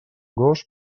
gos